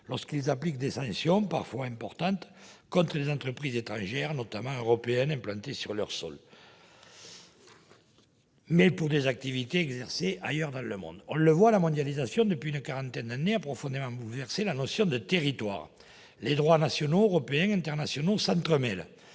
lorsqu'ils appliquent des sanctions, parfois importantes, contre des entreprises étrangères, notamment européennes, implantées sur leur sol, mais pour des activités réalisées ailleurs dans le monde. On le voit, la mondialisation, depuis une quarantaine d'années, a profondément bouleversé la notion de territoire. Les droits nationaux, européen et international s'entremêlent,